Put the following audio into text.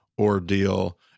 ordeal